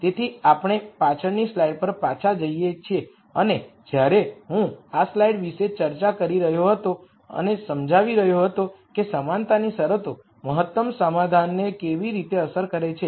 તેથી આપણે પાછળની સ્લાઈડ પર પાછા જઈએ છીએ અને જ્યારે હું આ સ્લાઇડ વિશે ચર્ચા કરી રહ્યો હતો અને સમજાવી રહ્યો હતો કે સમાનતાની શરતો મહત્તમ સોલ્યુશનને કેવી રીતે અસર કરે છે